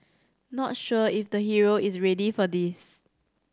not sure if the hero is ready for this